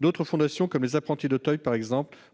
D'autres fondations, comme les Apprentis d'Auteuil,